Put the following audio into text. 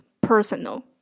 personal